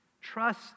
Trust